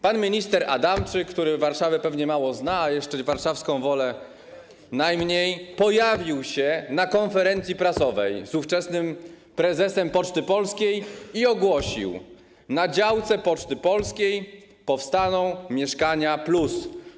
Pan minister Adamczyk, który Warszawę pewnie mało zna, a jeszcze warszawską Wolę najmniej, pojawił się na konferencji prasowej z ówczesnym prezesem Poczty Polskiej i ogłosił: Na działce Poczty Polskiej powstaną mieszkania+.